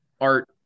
art